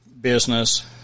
business